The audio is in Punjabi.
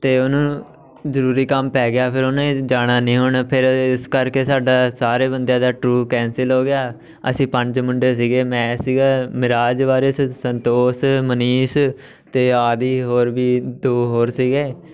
ਅਤੇ ਉਹਨੂੰ ਜ਼ਰੂਰੀ ਕੰਮ ਪੈ ਗਿਆ ਫਿਰ ਉਹਨੇ ਜਾਣਾ ਨਹੀਂ ਹੁਣ ਫਿਰ ਇਸ ਕਰਕੇ ਸਾਡਾ ਸਾਰੇ ਬੰਦਿਆਂ ਦਾ ਟੂਰ ਕੈਂਸਲ ਹੋ ਗਿਆ ਅਸੀਂ ਪੰਜ ਮੁੰਡੇ ਸੀਗੇ ਮੈਂ ਸੀਗਾ ਮਿਰਾਜ ਵਾਰਿਸ ਸੰਤੋਸ਼ ਮਨੀਸ਼ ਅਤੇ ਆਦੀ ਹੋਰ ਵੀ ਦੋ ਹੋਰ ਸੀਗੇ